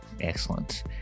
Excellent